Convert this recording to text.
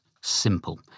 Simple